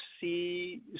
see